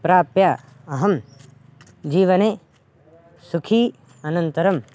प्राप्य अहं जीवने सुखी अनन्तरं